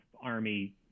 Army